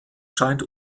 scheint